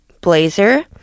blazer